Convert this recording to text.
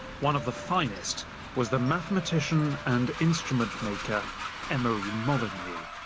one of the finest was the mathematician and instrument-maker emery molyneux,